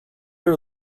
our